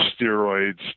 steroids